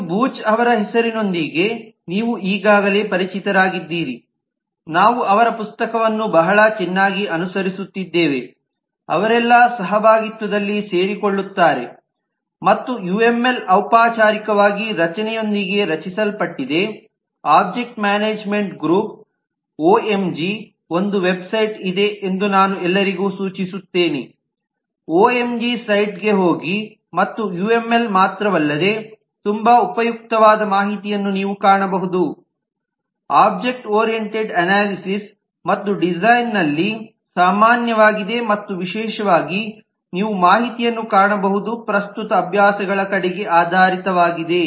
ನೀವು ಬೂಚ್ ಅವರ ಹೆಸರಿನೊಂದಿಗೆ ನೀವು ಈಗಾಗಲೇ ಪರಿಚಿತರಾಗಿದ್ದೀರಿ ನಾವು ಅವರ ಪುಸ್ತಕವನ್ನು ಬಹಳ ಚೆನ್ನಾಗಿ ಅನುಸರಿಸುತ್ತಿದ್ದೇವೆ ಅವರೆಲ್ಲರೂ ಸಹಭಾಗಿತ್ವದಲ್ಲಿ ಸೇರಿಕೊಳ್ಳುತ್ತಾರೆ ಮತ್ತು ಯುಎಂಎಲ್ ಔಪಚಾರಿಕವಾಗಿ ರಚನೆಯೊಂದಿಗೆ ರಚಿಸಲ್ಪಟ್ಟಿದೆ ಓಬ್ಜೆಕ್ಟ್ ಮ್ಯಾನೇಜ್ಮೆಂಟ್ ಗ್ರೂಪ್ ಒಎಂಜಿಯಲ್ಲಿ ಒಂದು ವೆಬ್ಸೈಟ್ ಇದೆ ಎಂದು ನಾನು ಎಲ್ಲರಿಗೂ ಸೂಚಿಸುತ್ತೇನೆ ಒಎಂಜಿ ಸೈಟ್ಗೆ ಹೋಗಿ ಮತ್ತು ಯುಎಂಎಲ್ನಲ್ಲಿ ಮಾತ್ರವಲ್ಲದೆ ತುಂಬಾ ಉಪಯುಕ್ತವಾದ ಮಾಹಿತಿಯನ್ನು ನೀವು ಕಾಣಬಹುದು ಒಬ್ಜೆಕ್ಟ್ ಓರಿಯೆಂಟೆಡ್ ಅನಾಲಿಸಿಸ್ ಮತ್ತು ಡಿಸೈನ್ನಲ್ಲಿ ಸಾಮಾನ್ಯವಾಗಿದೆ ಮತ್ತು ವಿಶೇಷವಾಗಿ ನೀವು ಮಾಹಿತಿಯನ್ನು ಕಾಣಬಹುದು ಪ್ರಸ್ತುತ ಅಭ್ಯಾಸಗಳ ಕಡೆಗೆ ಆಧಾರಿತವಾಗಿದೆ